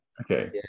Okay